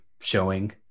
showing